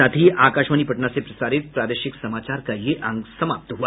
इसके साथ ही आकाशवाणी पटना से प्रसारित प्रादेशिक समाचार का ये अंक समाप्त हुआ